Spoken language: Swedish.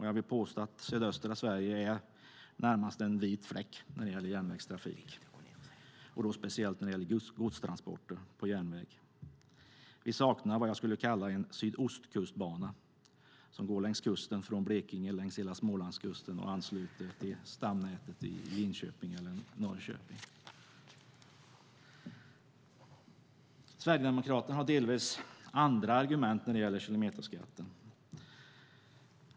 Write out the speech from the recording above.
Jag vill påstå att sydöstra Sverige är närmast en vit fläck när det gäller järnvägstrafik, speciellt beträffande godstransporter på järnväg. Vi saknar vad jag skulle kalla en sydostkustbana som går längs kusten från Blekinge längs hela Smålandskusten och ansluter till stamnätet i Linköping eller Norrköping. Sverigedemokraterna har delvis andra argument när det gäller kilometerskatten.